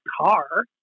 car